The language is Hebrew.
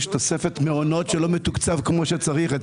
יש תוספת מעונות שלא מתוקצבת כמו שצריך.